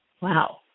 Wow